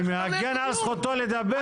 אני מגן על זכותו לדבר.